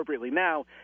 now